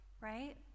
right